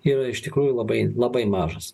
yra iš tikrųjų labai labai mažas